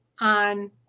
on